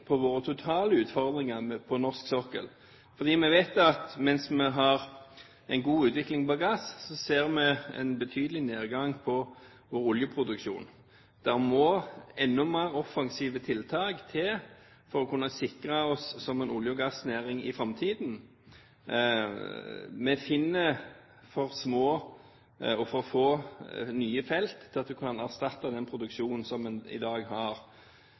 på våre totale utfordringer på norsk sokkel. For mens vi har en god utvikling på gass, ser vi en betydelig nedgang på oljeproduksjonen. Det må enda mer offensive tiltak til for å kunne sikre oss som en olje- og gassnasjon i framtiden. Vi finner for små og for få nye felt til at man kan erstatte den produksjonen som man i dag har.